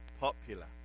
popular